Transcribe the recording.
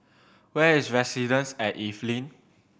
where is Residences at Evelyn